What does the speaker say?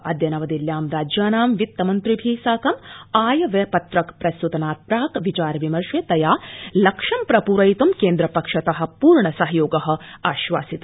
अद्य नवदिल्ल्यां राज्यानां वित्तमन्त्रिभि साकम् आय व्यय पत्रक प्रस्त्तनात् प्राक् विचार विमर्शे तया लक्ष्यं प्रपूरवित् क्विपक्षत पूर्ण सहयोग आश्वासित